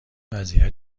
وضعیت